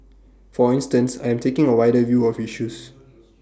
for instance I am taking A wider view of issues